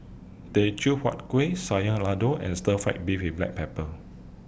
Teochew Huat Kueh Sayur Lodeh and Stir Fry Beef with Black Pepper